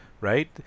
right